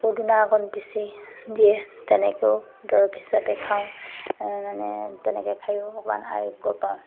পদুনা অকণ পিচি দিয়ে তেনেকৈয়ো দৰৱ হিচাপে খাওঁ মানে তেনেকৈ খায়ো অকণমান আৰোগ্য পাওঁ